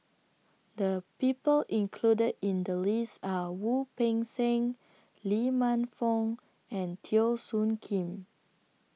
The People included in The list Are Wu Peng Seng Lee Man Fong and Teo Soon Kim